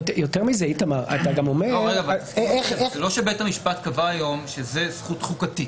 זה לא שבית המשפט קבע היום שזאת זכות חוקתית.